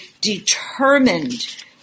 determined